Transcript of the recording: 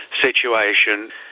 situation